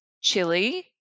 Chili